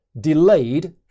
delayed